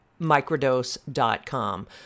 microdose.com